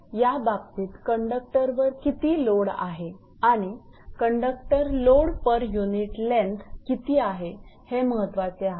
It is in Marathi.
तर याबाबतीत कंडक्टर वर किती लोड आहे आणि conductor load per unit length किती आहे हे महत्त्वाचे आहे